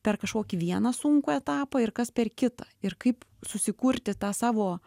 per kažkokį vieną sunkų etapą ir kas per kitą ir kaip susikurti tą savo